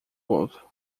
outro